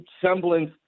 semblance